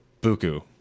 buku